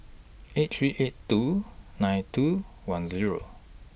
eight three eight two nine two one Zero